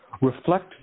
Reflect